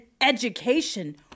education